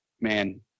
man